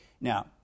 Now